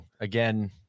again –